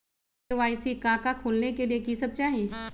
KYC का का खोलने के लिए कि सब चाहिए?